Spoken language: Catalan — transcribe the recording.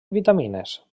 vitamines